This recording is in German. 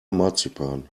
marzipan